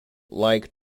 like